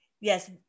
Yes